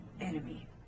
enemy